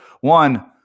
one